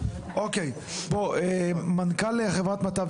אוקיי, בוא, מנכ"ל חברת מטב.